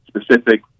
specific